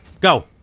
Go